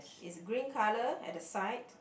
is green colour at the side